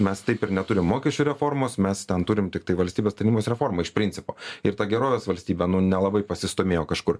mes taip ir neturim mokesčių reformos mes ten turim tiktai valstybės tarnybos reforma iš principo ir tą gerovės valstybė nu nelabai pasistūmėjo kažkur